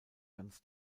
ganz